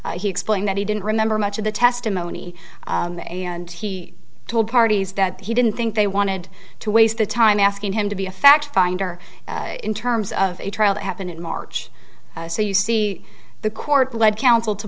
that he didn't remember much of the testimony and he told parties that he didn't think they wanted to waste the time asking him to be a fact finder in terms of a trial that happened in march so you see the court lead counsel to